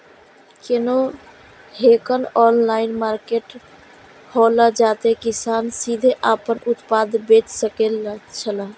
कोनो एहन online market हौला जते किसान सीधे आपन उत्पाद बेच सकेत छला?